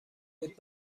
بود